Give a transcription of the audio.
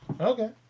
Okay